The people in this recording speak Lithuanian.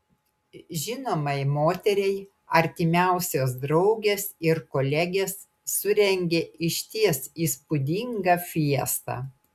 žinomai moteriai artimiausios draugės ir kolegės surengė išties įspūdingą fiestą